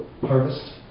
harvest